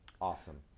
Awesome